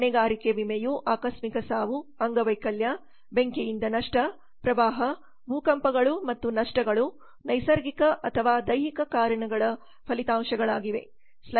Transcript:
ಹೊಣೆಗಾರಿಕೆ ವಿಮೆಯು ಆಕಸ್ಮಿಕ ಸಾವು ಅಂಗವೈಕಲ್ಯ ಬೆಂಕಿಯಿಂದ ನಷ್ಟ ಪ್ರವಾಹ ಭೂಕಂಪಗಳು ಮತ್ತು ನಷ್ಟಗಳು ನೈಸರ್ಗಿಕ ಅಥವಾ ದೈಹಿಕ ಕಾರಣಗಳ ಫಲಿತಾಂಶಗಳಾಗಿವೆ